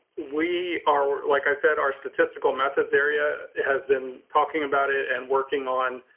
we are, like, i said our statistical method's area has been talking about it and working on,